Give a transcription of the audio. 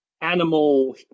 animal